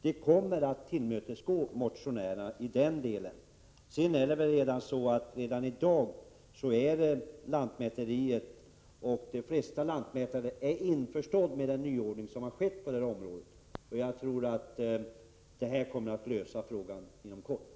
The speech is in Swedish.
Förslaget tillmötesgår alltså motionärernas önskemål i detta avseende. Jag vill sedan bara tillägga att lantmäteriet och flertalet lantmätare redan i dag är införstådda med nyordningen på detta område. Jag tror således att frågan inom kort kommer att få en lösning.